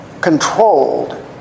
controlled